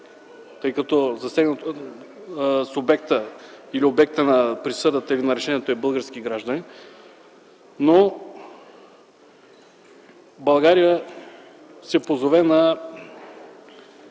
тъй като субектът или обектът на присъдата или на решенето е български гражданин, но България се позове на